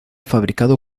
fabricado